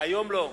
היום לא.